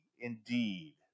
indeed